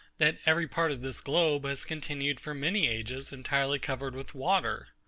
that every part of this globe has continued for many ages entirely covered with water.